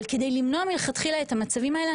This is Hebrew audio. אבל כדי למנוע מלכתחילה את המצבים האלה,